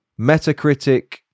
metacritic